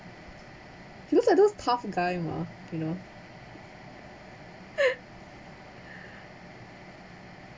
he looks like those tough guy mah you know